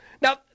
Now